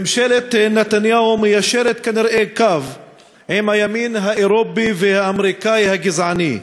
ממשלת נתניהו כנראה מיישרת קו עם הימין האירופי והאמריקני הגזעני.